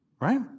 Right